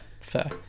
fair